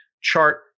chart